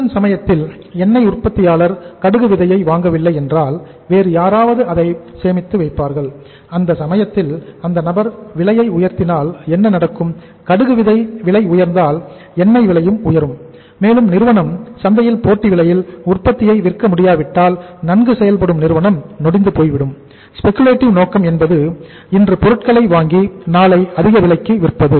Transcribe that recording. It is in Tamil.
சீசன் நோக்கம் என்பது இன்று பொருட்களை வாங்கி நாளை அதிக விலைக்கு விற்பது